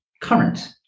current